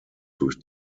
durch